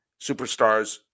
Superstars